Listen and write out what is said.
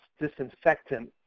disinfectant